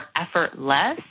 effortless